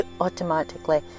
automatically